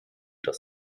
das